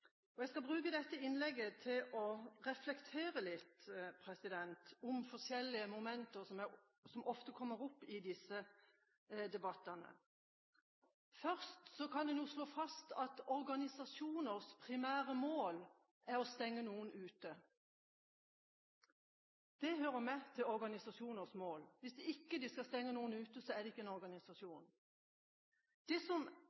Jeg skal bruke dette innlegget til å reflektere litt over forskjellige momenter som ofte kommer opp i disse debattene. Først kan en slå fast at organisasjoners primære mål er å stenge noen ute. Det hører med til organisasjoners mål. Hvis de ikke skal stenge noen ute, er det ikke noen organisasjon. Det som er spennende å se, er at vi har en retorikk i Norge som